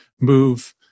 move